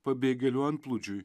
pabėgėlių antplūdžiui